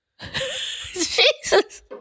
Jesus